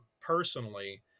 personally